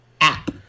app